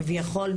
כביכול,